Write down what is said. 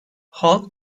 halk